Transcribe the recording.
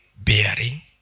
bearing